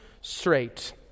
straight